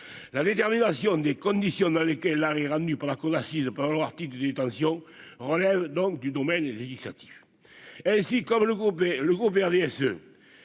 la détermination des conditions dans lesquelles l'arrêt rendu par la cour d'assises pas vouloir de détention relève donc du domaine législatif si, comme le groupe B